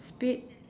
speak